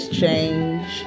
change